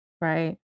Right